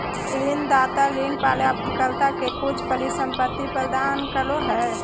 ऋणदाता ऋण प्राप्तकर्ता के कुछ परिसंपत्ति प्रदान करो हइ